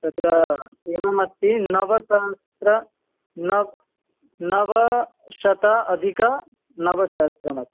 तत्र एवमस्ति नवसहस्त्र नवशत अधिक नवसहस्त्रमस्ति